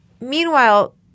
Meanwhile –